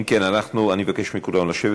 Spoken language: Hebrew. אם כן, אני מבקש מכולם לשבת.